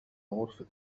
غرفة